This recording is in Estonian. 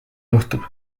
juhtub